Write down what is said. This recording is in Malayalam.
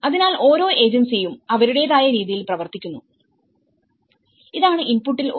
അതിനാൽ ഓരോ ഏജൻസിയും അവരുടേതായ രീതിയിൽ പ്രവർത്തിക്കുന്നു ഇതാണ് ഇൻപുട്ടിൽ ഒന്ന്